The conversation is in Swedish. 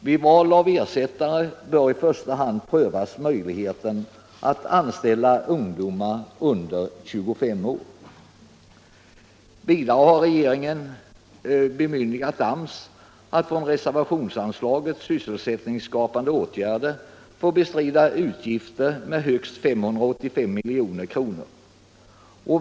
Vid val av ersättare bör i första hand prövas möjligheten att anställa ungdom under 25 år.” Regeringen har bemyndigat AMS att från reservationsanslaget Sysselsättningsskapande åtgärder bestrida utgifter med högst 585 milj.kr.